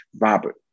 Robert